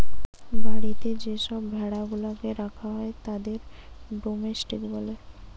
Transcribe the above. বাড়িতে যে সব ভেড়া গুলাকে রাখা হয় তাদের ডোমেস্টিক বলে